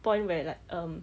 point where like err